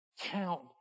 count